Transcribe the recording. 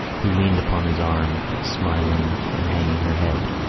who leaned upon his arm, smiling and hanging her head.